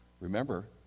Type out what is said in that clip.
Remember